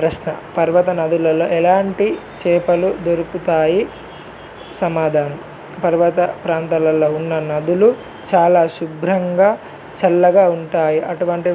ప్రశ్న పర్వత నదులలో ఎలాంటి చేపలు దొరుకుతాయి సమాధానం పర్వత ప్రాంతాలలో ఉన్న నదులు చాలా శుభ్రంగా చల్లగా ఉంటాయి అటువంటి